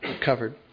covered